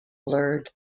blurred